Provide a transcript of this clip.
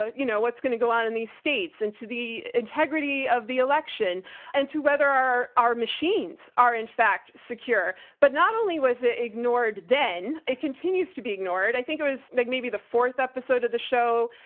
but you know, what's going to go on in these states and to the integrity of the election and to whether our our machines are in fact secure. but not only was it ignored then, it continues to be ignored. i think it was like maybe the fourth episode of the show,